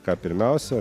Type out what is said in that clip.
ką pirmiausia